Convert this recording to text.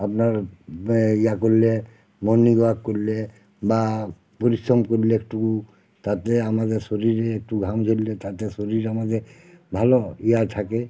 আপনার ইয়া করলে মর্নিং ওয়াক করলে বা পরিশ্রম করলে একটু তাতে আমাদের শরীরে একটু ঘাম ঝরলে তাতে শরীর আমাদের ভালো হবে ইয়া থাকে